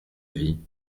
vie